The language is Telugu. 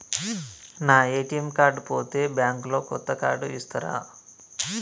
నా ఏ.టి.ఎమ్ కార్డు పోతే బ్యాంక్ లో కొత్త కార్డు ఇస్తరా?